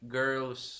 girls